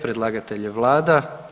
Predlagatelj je Vlada.